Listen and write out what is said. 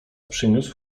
przyniósł